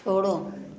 छोड़ो